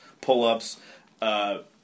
pull-ups